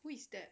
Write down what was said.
who is that